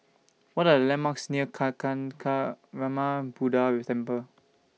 What Are The landmarks near Kancanarama Buddha with Temple